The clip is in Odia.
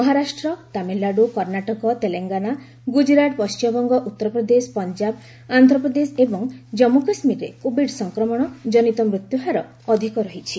ମହାରାଷ୍ଟ୍ର ତାମିଲନାଡ଼ୁ କର୍ଣ୍ଣାଟକ ତେଲଙ୍ଗାନା ଗୁଜରାଟ ପଣ୍ଟିମବଙ୍ଗ ଉତ୍ତରପ୍ରଦେଶ ପଞ୍ଜାବ ଆନ୍ଧ୍ରପ୍ରଦେଶ ଏବଂ ଜାନ୍ମୁ କାଶ୍ମୀରରେ କୋଭିଡ ସଂକ୍ରମଣ ଜନିତ ମୃତ୍ୟୁହାର ଅଧିକ ରହିଛି